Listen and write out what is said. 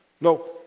No